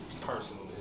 personally